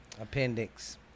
appendix